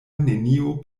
neniu